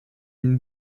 une